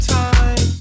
time